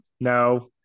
No